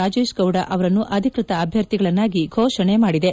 ರಾಜೇಶ್ ಗೌಡ ಅವರನ್ನು ಅಧಿಕೃತ ಅಭ್ಯರ್ಥಿಗಳನ್ನಾಗಿ ಘೋಷಣೆ ಮಾಡಿದೆ